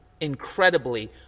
incredibly